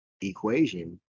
equation